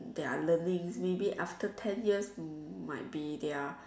their learnings maybe after ten years might be their